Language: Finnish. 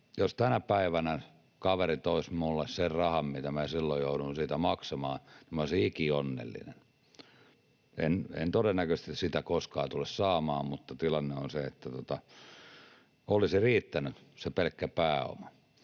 Jos tänä päivänä kaveri toisi minulle sen rahan, mitä minä silloin jouduin maksamaan, niin minä olisin ikionnellinen. En todennäköisesti sitä koskaan tule saamaan, mutta tilanne on se, että olisi riittänyt se pelkkä pääoma.